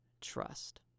trust